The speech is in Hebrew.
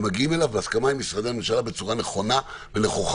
ומגיעים אליו בהסכמה עם משרדי ממשלה בצורה נכונה ונכוחה.